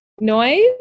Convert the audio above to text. Noise